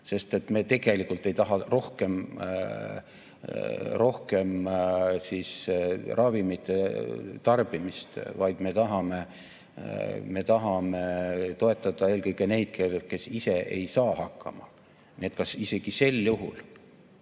meetod. Me tegelikult ei taha rohkem ravimite tarbimist, vaid me tahame toetada eelkõige neid, kes ise ei saa hakkama. Isegi sel juhul